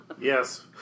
Yes